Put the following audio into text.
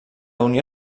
unió